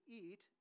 eat